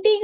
একই